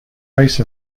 rice